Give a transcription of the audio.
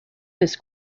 this